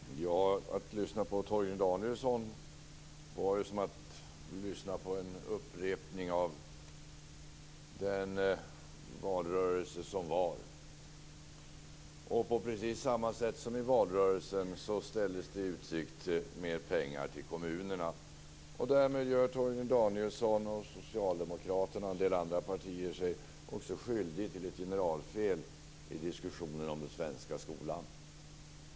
Fru talman! Att lyssna på Torgny Danielsson var som att lyssna på en upprepning av den valrörelse som var. På precis samma sätt som i valrörelsen ställdes det i utsikt mer pengar till kommunerna. Därmed gör Torgny Danielsson och socialdemokraterna och en del andra partier sig också skyldiga till ett generalfel i diskussionen om den svenska skolan.